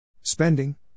Spending